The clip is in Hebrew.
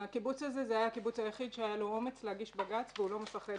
הקיבוץ הזה זה היה הקיבוץ היחיד שהיה לו אומץ להגיש בג"ץ והוא לא מפחד